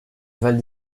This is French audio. valle